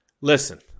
listen